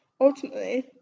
Ultimately